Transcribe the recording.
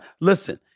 Listen